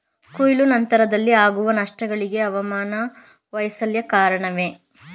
ಕೊಯ್ಲು ನಂತರದಲ್ಲಿ ಆಗುವ ನಷ್ಟಗಳಿಗೆ ಹವಾಮಾನ ವೈಫಲ್ಯ ಕಾರಣವೇ?